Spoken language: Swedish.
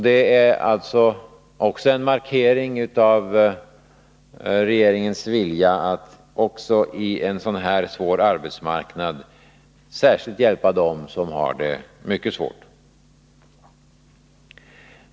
Det är alltså en markering av regeringens vilja att också när arbetsmarknaden är så här svår särskilt hjälpa dem som har det mycket svårt.